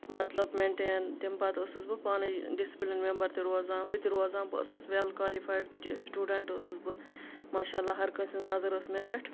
مطلب مینٹین تم پَتہٕ ٲسٕس بہٕ پانے ڈسپٕلن میٚمبر تہِ روزان ہُہ تہِ روزان بہٕ ٲسٕس ویل کالِفَیڑ سُٹوٗڈنٛٹ ٲسٕس بہٕ ماشااللہ ہر کٲنٛسہِ ہِنٛز نظر ٲسۍ مےٚ پٮ۪ٹھ